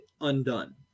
undone